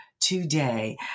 today